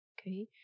Okay